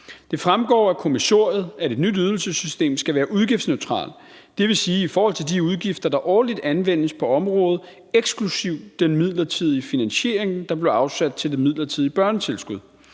Det fremgår af kommissoriet, at et nyt ydelsessystem skal være udgiftsneutralt, det vil sige i forhold til de udgifter, der årligt anvendes på området, eksklusiv den midlertidige finansiering, der blev afsat til det midlertidige børnetilskud.